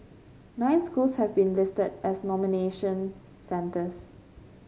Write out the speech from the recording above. nine schools have been listed as nomination centres